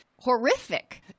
horrific